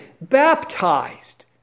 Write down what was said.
Baptized